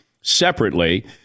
separately